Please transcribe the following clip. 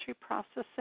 processing